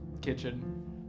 kitchen